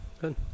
Good